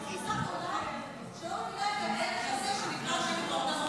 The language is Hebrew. זו פשוט תפיסת עולם שלא מבינה את הערך הזה שנקרא "השם ייקום דמו".